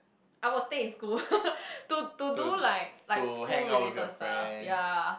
I will stay in school to to do like like school related stuff ya